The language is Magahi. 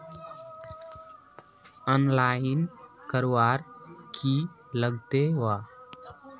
आनलाईन करवार की लगते वा?